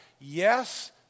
Yes